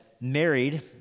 married